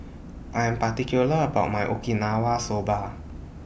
I Am particular about My Okinawa Soba